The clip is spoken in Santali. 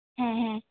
ᱦᱮᱸ ᱦᱮᱸ